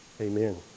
amen